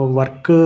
work